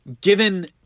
given